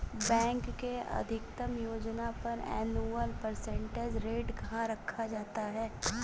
bank के अधिकतम योजना पर एनुअल परसेंटेज रेट रखा जाता है